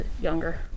younger